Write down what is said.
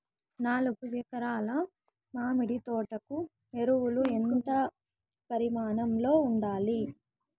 నాలుగు ఎకరా ల మామిడి తోట కు ఎరువులు ఎంత పరిమాణం లో ఉండాలి?